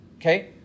okay